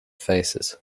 faces